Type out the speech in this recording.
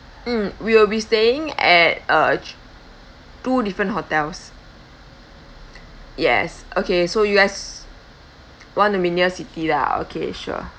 mm we will be staying at uh two different hotels yes okay so you guys want to be near city lah okay sure